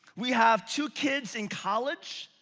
we have two kids in college,